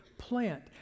Plant